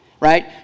right